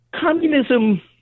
communism